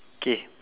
K